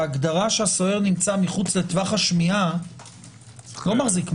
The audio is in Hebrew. ההגדרה שהסוהר נמצא מחוץ לטווח השמיעה - לא מחזיק מים.